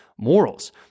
Morals